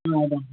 ம் அதுதான்